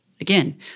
Again